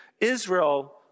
Israel